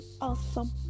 awesome